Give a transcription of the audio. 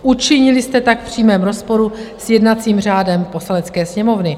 Učinili jste tak v přímém rozporu s jednacím řádem Poslanecké sněmovny.